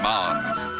Mounds